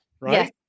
right